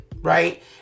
right